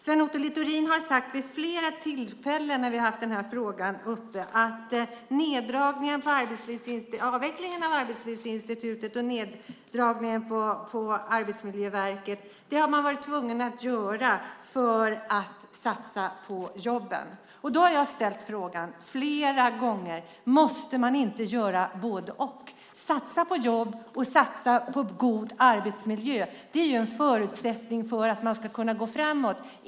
Sven Otto Littorin har vid flera tillfällen när vi har haft den här frågan uppe sagt att avvecklingen av Arbetslivsinstitutet och neddragningar på Arbetsmiljöverket är något som man har varit tvungen att göra för att satsa på jobben. Jag har då flera gånger ställt frågan: Måste man inte göra både-och? Att satsa på jobb och på god arbetsmiljö är ju en förutsättning för att man ska kunna gå framåt.